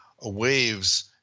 waves